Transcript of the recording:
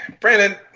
Brandon